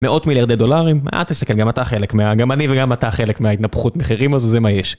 מאות מיליארדי דולרים, אל תסתכל.. גם אתה חלק מה... גם אני וגם אתה חלק מההתנפחות מחירים הזו, זה מה יש.